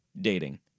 dating